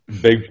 big